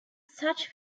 such